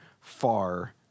far